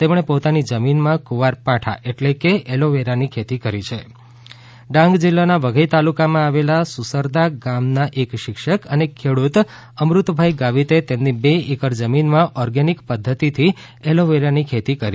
તેમણે પોતાની જમીનમાં કુંવારપાઠા એલોવીરા ની ખેતી કરી છે ડાંગ જિલ્લાના વઘઇ તાલુકા માં આવેલા સુસરદા ગામના એક શિક્ષક અને ખેડૂત અમૃતભાઇ ગાવિત એ તેમની બે એકર જમીનમાં ઓર્ગેનિક પદ્ધતિથી એલોવીરા ની ખેતી કરી છે